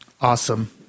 Awesome